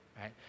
right